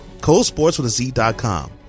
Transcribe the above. ColdSportsWithAZ.com